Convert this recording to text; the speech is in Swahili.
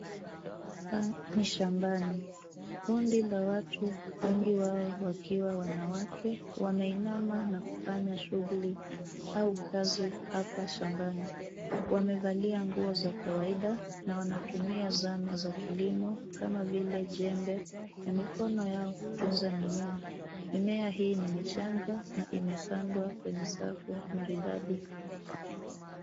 Hapa ni shambani. Kundi la watu, wengi wao wakiwa wanaweke, wameinama na kufanya shughuli au kazi hapa shambani. Wamevalia nguo za kawaida na wanatumia zana za kilimo kama vile jembe na mikono yao kutunza mimea. Mimea hii ni michanga na imepandwa kwenye safu maridadi.